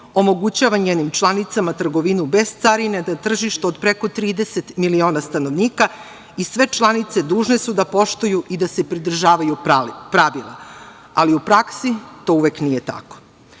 omogućava njenim članicama trgovinu bez carine na tržištu od preko 30 miliona stanovnika i sve članice dužne su da poštuju i da se pridržavaju pravila. Ali, u praksi, to uvek nije tako. Kada